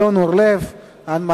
אין מתנגדים,